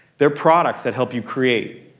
they're products that help you create.